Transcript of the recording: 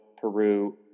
Peru